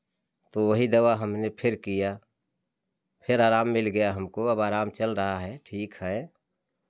तो वही दवा हमने फेर किया फेर आराम मिल गया हमको अब आराम चल रहा है ठीक है